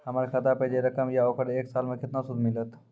हमर खाता पे जे रकम या ओकर एक साल मे केतना सूद मिलत?